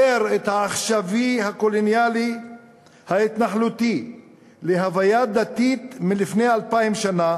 את העכשווי הקולוניאלי ההתנחלותי להוויה דתית מלפני אלפיים שנה